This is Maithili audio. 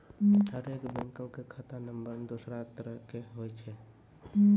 हरेक बैंको के खाता नम्बर दोसरो तरह के होय छै